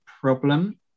problem